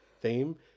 theme